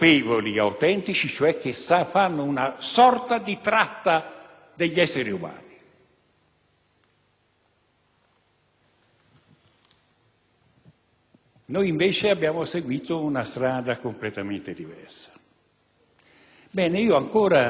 Noi, invece, abbiamo seguito una strada completamente diversa. Ebbene, ancora mi sono trovato a dover affrontare la cosiddetta criminalità diffusa. Mi dispiace